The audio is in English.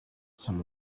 some